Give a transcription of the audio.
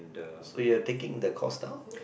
so you're taking the course now